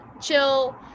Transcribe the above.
chill